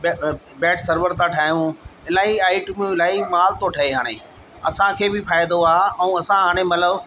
bed सवड़ि था ठाहियूं इलाही आईटमूं इलाही माल थो ठहे हाणे असांखे बि फ़ाइदो आहे ऐं असां हाणे मतलबु